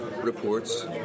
reports